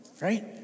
right